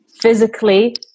physically